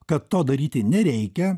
kad to daryti nereikia